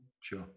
sure